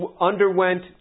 underwent